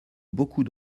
beaucoup